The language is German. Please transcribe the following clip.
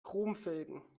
chromfelgen